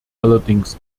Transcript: allerdings